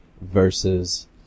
versus